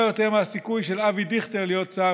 יותר מהסיכוי של אבי דיכטר להיות שר,